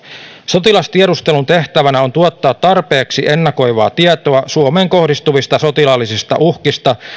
sotilastiedustelun tehtävänä on tuottaa tarpeeksi ennakoivaa tietoa suomeen kohdistuvista sotilaallisista uhkista